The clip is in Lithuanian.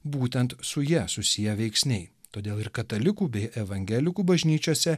būtent su ja susiję veiksniai todėl ir katalikų bei evangelikų bažnyčiose